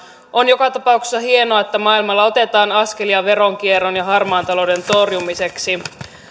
on joka tapauksessa hienoa että maailmalla otetaan askelia veronkierron ja harmaan talouden torjumiseksi